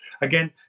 Again